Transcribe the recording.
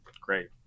great